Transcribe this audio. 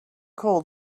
call